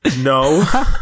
No